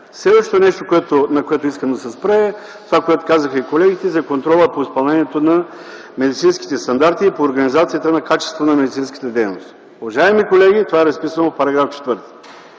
Следващото нещо, на което искам да се спра – това което казаха и колегите, е за контрола по изпълнението на медицинските стандарти и по организацията на качество на медицинските дейности. Уважаеми колеги, това е разписано в § 4.